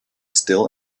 still